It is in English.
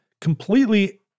completely